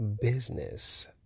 business